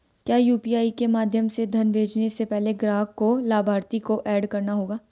क्या यू.पी.आई के माध्यम से धन भेजने से पहले ग्राहक को लाभार्थी को एड करना होगा?